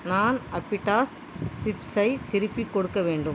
நான் அப்பிடாஸ் சிப்ஸை திருப்பிக் கொடுக்க வேண்டும்